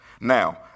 Now